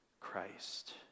Christ